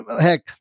heck